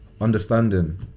understanding